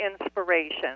inspiration